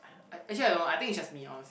I actually I don't know I think it's just me honest